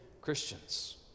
Christians